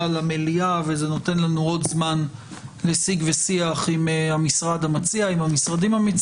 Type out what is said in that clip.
למליאה וזה נותן לנו עוד זמן לשיג ושיח עם המשרדים המציעים.